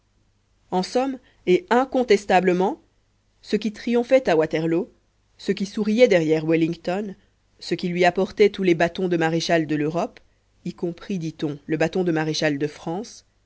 en somme et incontestablement ce qui triomphait à waterloo ce qui souriait derrière wellington ce qui lui apportait tous les bâtons de maréchal de l'europe y compris dit-on le bâton de maréchal de france